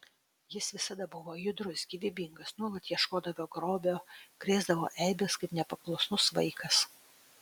jis visada buvo judrus gyvybingas nuolat ieškodavo grobio krėsdavo eibes kaip nepaklusnus vaikas